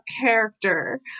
character